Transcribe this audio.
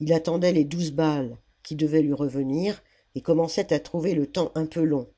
il attendait les douze balles qui devaient lui revenir et commençait à trouver le temps un peu long